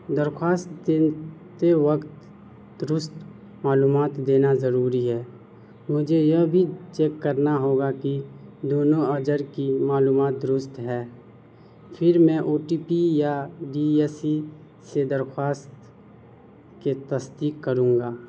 درخواست دیتے وقت درست معلومات دینا ضروری ہے مجھے یہ بھی چیک کرنا ہوگا کہ دونوں اجر کی معلومات درست ہے پھر میں او ٹی پی یا ڈی ایس ای سے درخواست کے تصدیق کروں گا